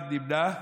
אחד נמנע,